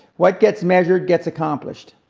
what gets measured gets accomplished.